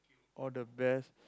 all the best